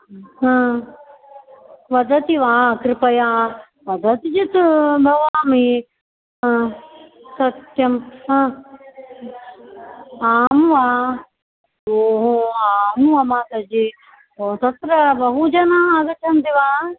हा वदति वा कृपया वदति चेत् भवामि हा सत्यं हा आं वा ओ हो आं वा माताजि ओ तत्र बहुजनाः आगच्छन्ति वा